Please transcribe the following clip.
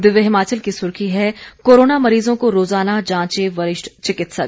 दिव्य हिमाचल की सुर्खी है कोरोना मरीजों को रोजाना जांचे वरिष्ठ चिकित्सक